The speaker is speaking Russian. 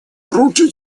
руки